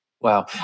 Wow